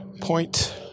point